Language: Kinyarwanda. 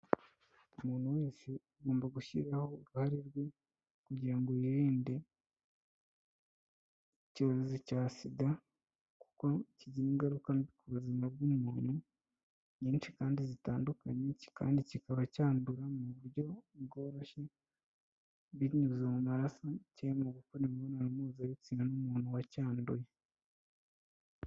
Umuntu wese agomba gushyiraho uruhare rwe kugira ngo yirinde icyorezi cya SIDA, kuko kigira ingaruka mbi ku buzima bw'umuntu nyinshi kandi zitandukanye kandi kikaba cyandura mu buryo bworoshye binyuze mu maraso cyangwa mu gukora imibonano mpuzabitsina n'umuntu wacyanduye.